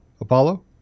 Apollo